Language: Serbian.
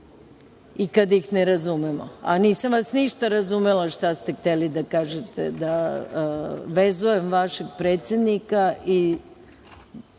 i kada ih ne razumemo, a nisam vas ništa razumela šta ste hteli da kažete – da vezujem vašeg predsednika i